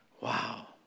Wow